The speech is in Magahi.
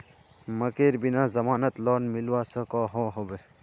मकईर बिना जमानत लोन मिलवा सकोहो होबे?